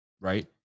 right